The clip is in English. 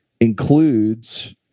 includes